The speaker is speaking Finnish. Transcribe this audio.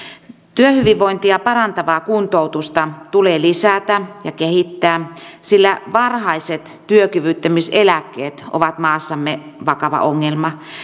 työhyvinvointia parantavaa kuntoutusta tulee lisätä ja kehittää sillä varhaiset työkyvyttömyyseläkkeet ovat maassamme vakava ongelma